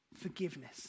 Forgiveness